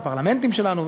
לפרלמנטים שלנו,